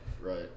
right